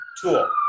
tool